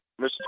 Mr